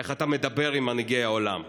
איך אתה מדבר עם מנהיגי העולם.